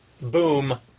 boom